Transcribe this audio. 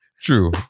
True